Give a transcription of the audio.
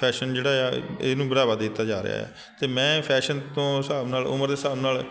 fashion ਜਿਹੜਾ ਆ ਇਹਨੂੰ ਬੜਾਵਾ ਦੇ ਦਿੱਤਾ ਜਾ ਰਿਹਾ ਅਤੇ ਮੈਂ ਫੈਸ਼ਨ ਤੋਂ ਹਿਸਾਬ ਨਾਲ ਉਮਰ ਦੇ ਹਿਸਾਬ ਨਾਲ